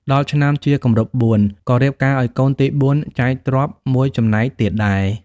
ដល់ឆ្នាំជាគម្រប់ ៤ ក៏រៀបការឱ្យកូនទី ៤ ចែកទ្រព្យ ១ ចំណែកទៀតដែរ ។